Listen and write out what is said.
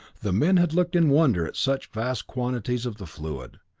the men had looked in wonder at such vast quantities of the fluid.